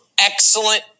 excellent